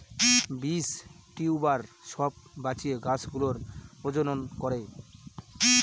বীজ, টিউবার সব বাঁচিয়ে গাছ গুলোর প্রজনন করে